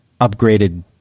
upgraded